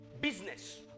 business